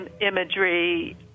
imagery